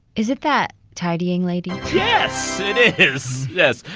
is it that tidying lady? yes, it is. yes.